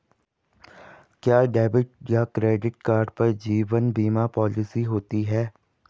क्या डेबिट या credit card पर जीवन बीमा पॉलिसी होती है?